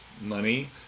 money